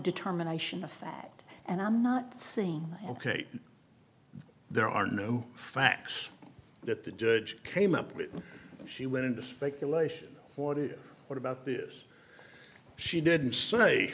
determination of fact and i'm not saying ok there are no facts that the judge came up with she went into speculation what is what about this she didn't say